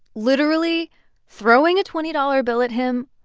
literally throwing a twenty dollars bill at him,